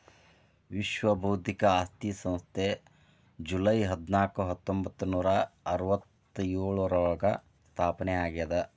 ವಿಶ್ವ ಬೌದ್ಧಿಕ ಆಸ್ತಿ ಸಂಸ್ಥೆ ಜೂಲೈ ಹದ್ನಾಕು ಹತ್ತೊಂಬತ್ತನೂರಾ ಅರವತ್ತ್ಯೋಳರಾಗ ಸ್ಥಾಪನೆ ಆಗ್ಯಾದ